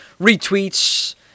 retweets